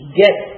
get